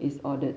is ordered